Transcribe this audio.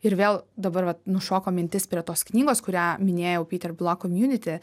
ir vėl dabar vat nušoko mintis prie tos knygos kurią minėjau peter block community